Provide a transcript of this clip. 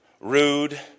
rude